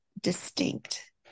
distinct